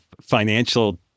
financial